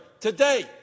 today